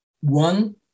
one